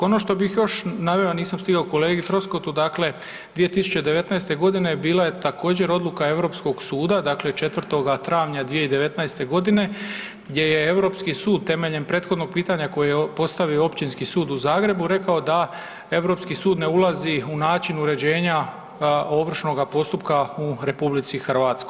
Ono što bih još naveo, nisam stigao kolegi Troskotu, dakle 2019.g. bila je također odluka europskog suda, dakle 4. travnja 2019.g. gdje je europski sud temeljem prethodnog pitanja koje je postavio Općinski sud u Zagrebu rekao da europski sud ne ulazi u način uređenja ovršnoga postupka u RH.